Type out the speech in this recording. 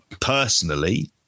personally